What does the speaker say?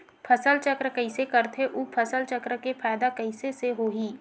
फसल चक्र कइसे करथे उ फसल चक्र के फ़ायदा कइसे से होही?